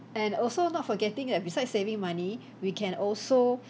and also not forgetting that besides saving money we can also